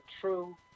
true